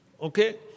Okay